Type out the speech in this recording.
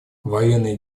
военные